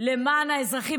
למען האזרחים.